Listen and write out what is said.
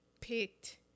picked